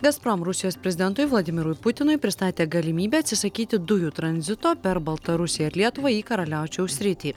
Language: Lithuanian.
gazprom rusijos prezidentui vladimirui putinui pristatė galimybę atsisakyti dujų tranzito per baltarusiją ir lietuvą į karaliaučiaus sritį